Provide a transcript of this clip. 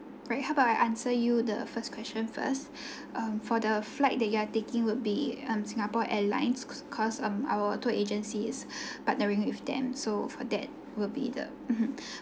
right how about I answer you the first question first um for the flight that you are taking would be um singapore airlines cause um our tour agency is partnering with them so for that will be the mmhmm